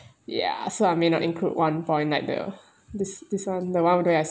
yeah so I may not include one point like the this this [one] the [one] where I